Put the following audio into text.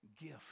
gift